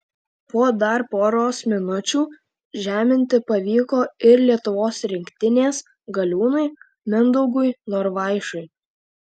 po dar poros minučių žeminti pavyko ir lietuvos rinktinės galiūnui mindaugui norvaišui